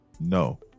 No